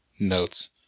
notes